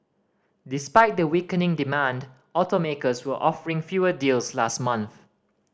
despite the weakening demand automakers were offering fewer deals last month